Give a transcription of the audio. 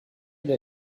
they